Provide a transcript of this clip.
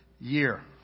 year